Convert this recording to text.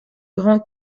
grand